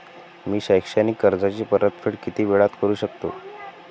मी शैक्षणिक कर्जाची परतफेड किती वेळात करू शकतो